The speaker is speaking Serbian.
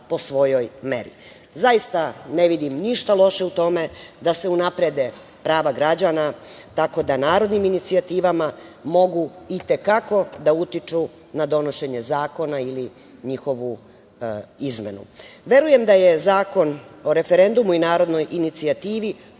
po svojoj meri. Zaista ne vidim ništa loše u tome da se unaprede prava građana tako da narodnim inicijativama mogu i te kako da utiču na donošenje zakona ili njihovu izmenu. Verujem da je zakon o referendumu i narodnoj inicijativi